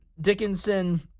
Dickinson